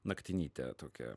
naktinytė tokia